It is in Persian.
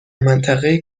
منطقه